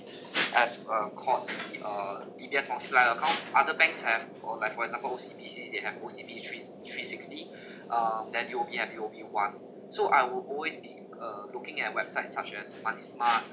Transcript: as a conti~ uh D_B_S function like account other banks have for like for example O_C_B_C they have O_C_B threes three sixty (uh)then U_O_B have U_O_B one so I would always be uh looking at websites such as money smart